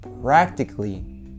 practically